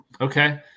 Okay